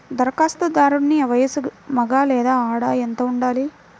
ధరఖాస్తుదారుని వయస్సు మగ లేదా ఆడ ఎంత ఉండాలి?